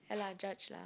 ya lah judge lah